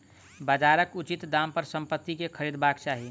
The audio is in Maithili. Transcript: बजारक उचित दाम पर संपत्ति के खरीदबाक चाही